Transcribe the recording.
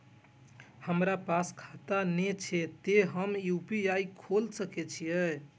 हमरा पास खाता ने छे ते हम यू.पी.आई खोल सके छिए?